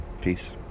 Peace